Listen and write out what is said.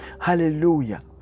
Hallelujah